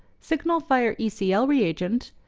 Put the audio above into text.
signalfire ecl reagent,